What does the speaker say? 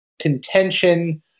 contention